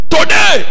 Today